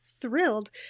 thrilled